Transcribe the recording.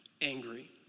angry